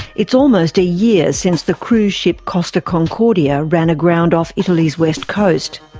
it's almost a year since the cruise ship costa concordia ran aground off italy's west coast.